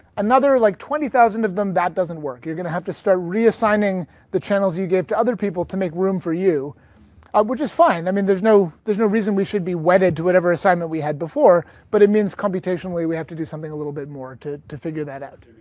another like twenty thousand of them that doesn't work. you're going to have to start reassigning the channels you give to other people to make room for you which is fine. i mean there's no there's no reason we should be wedded to whatever assignment we had before. but it means computationally we have to do something a little bit more to to figure that out.